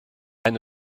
eine